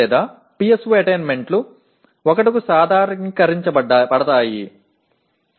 எனவே இங்கே PO PSO சாதனைகள் 1 ஆக இயல்பாக்கப்படுகின்றன